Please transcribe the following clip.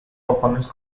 performance